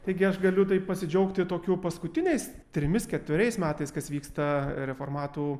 taigi aš galiu taip pasidžiaugti tokiu paskutiniais trimis keturiais metais kas vyksta reformatų